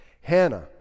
Hannah